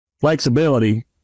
flexibility